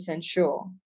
sure